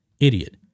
idiot